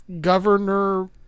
Governor